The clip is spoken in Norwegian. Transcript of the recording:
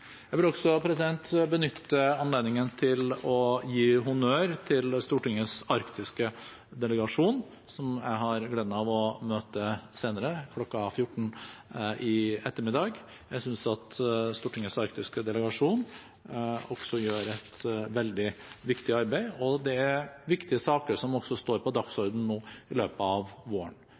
Jeg vil også benytte anledningen til å gi honnør til Stortingets arktiske delegasjon, som jeg har gleden av å møte senere – kl. 14 i ettermiddag. Jeg synes at Stortingets arktiske delegasjon gjør et veldig viktig arbeid, og det er viktige saker som står på dagsordenen nå i løpet av våren.